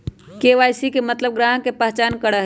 KYC के मतलब ग्राहक का पहचान करहई?